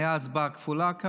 הייתה הצבעה כפולה כאן,